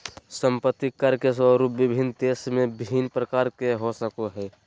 संपत्ति कर के स्वरूप विभिन्न देश में भिन्न प्रकार के हो सको हइ